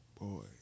Boy